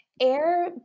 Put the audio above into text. air